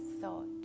thought